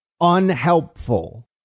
unhelpful